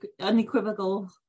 unequivocal